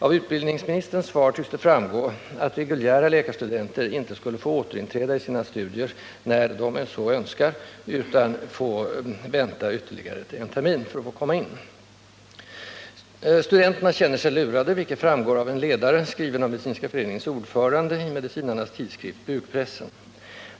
Av utbildningsministerns svar tycks framgå att studenter i den reguljära läkarutbildningen inte skulle få återinträda i sina studier när de så önskar, utan få vänta ytterligare en termin för att få komma in för att mildra verkningarna av den föreslagna anordningen. Studenterna känner sig lurade, vilket framgår av en ledare, skriven av Medicinska föreningens ordförande, i medicinarnas tidskrift Bukpressen.